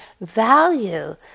value